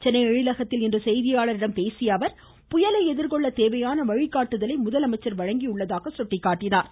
சென்னை எழிலகத்தில் இன்று செய்தியாளர்களிடம் பேசிய அவர் புயலை எதிர்கொள்ள தேவையான வழிகாட்டுதலை முதலமைச்சர் வழங்கியுள்ளதாக கூறினார்